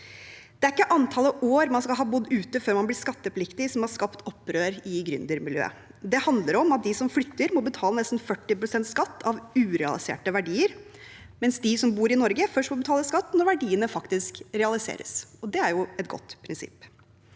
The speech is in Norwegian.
Det er ikke antallet år man skal ha bodd ute av landet før man blir skattepliktig, som har skapt opprør i gründermiljøet. Det handler om at de som flytter, må betale nesten 40 pst. skatt av urealiserte verdier, mens de som bor i Norge, først må betale skatt når verdiene faktisk realiseres. Det er jo et godt prinsipp.